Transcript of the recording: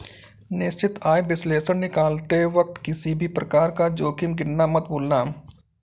निश्चित आय विश्लेषण निकालते वक्त किसी भी प्रकार का जोखिम गिनना मत भूलना